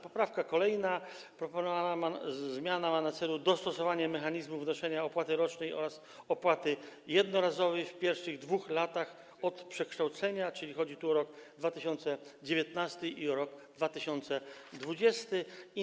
Poprawka kolejna: proponowana zmiana ma na celu dostosowanie mechanizmu wnoszenia opłaty rocznej oraz opłaty jednorazowej w pierwszych 2 latach od przekształcenia, czyli chodzi tu o rok 2019 i o rok 2020.